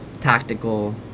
tactical